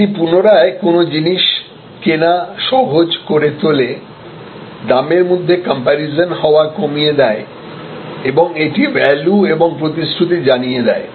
এটি পুনরায় কোন জিনিস কেনা সহজ করে তোলে দামের মধ্যে কম্পারিজন হওয়া কমিয়ে দেয় এবং এটি ভ্যালু এবং প্রতিশ্রুতি জানিয়ে দেয়